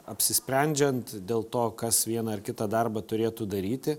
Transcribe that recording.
apsisprendžiant dėl to kas vieną ar kitą darbą turėtų daryti